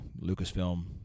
Lucasfilm